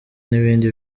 n’ibindi